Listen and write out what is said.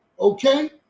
Okay